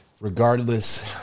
regardless